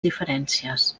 diferències